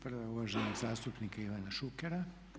Prava je uvaženog zastupnika Ivana Šukera.